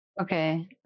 Okay